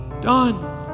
done